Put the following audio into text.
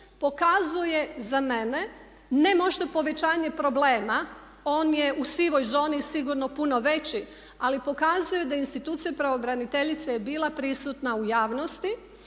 pokazuje za mene ne možda povećanje problema, on je u sivoj zoni i sigurno puno veći, ali pokazuje da institucija pravobraniteljice je bila prisutna u javnosti